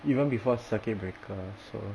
even before circuit breaker so